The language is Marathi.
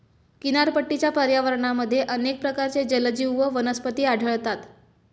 किनारपट्टीच्या पर्यावरणामध्ये अनेक प्रकारचे जलजीव व वनस्पती आढळतात